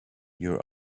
your